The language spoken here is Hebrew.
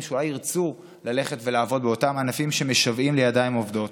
שאולי ירצו ללכת לעבוד באותם ענפים שמשוועים לידיים עובדות.